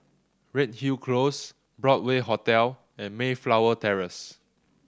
Redhill Close Broadway Hotel and Mayflower Terrace